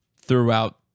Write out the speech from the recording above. throughout